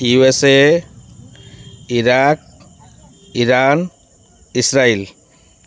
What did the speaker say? USA Iraq Iran Israel